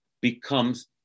becomes